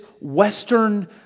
western